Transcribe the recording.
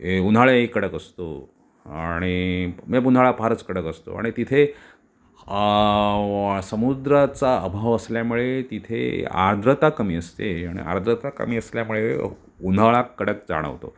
ए उन्हाळाही कडक असतो आणि म्हणजे उन्हाळा फारच कडक असतो आणि तिथे समुद्राचा अभाव असल्यामुळे तिथे आर्द्रता कमी असते आणि आर्द्रता कमी असल्यामुळे उन्हाळा कडक जाणवतो